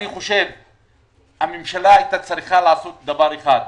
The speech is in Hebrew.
אני חושב שהממשלה הייתה צריכה לעשות דבר אחד: